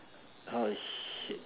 oh shit